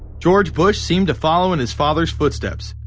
george bush seemed to follow in his father's footsteps,